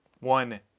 One